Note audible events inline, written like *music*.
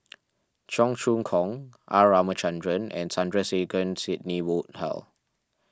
Cheong Choong Kong R Ramachandran and *unintelligible* Sidney Woodhull